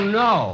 no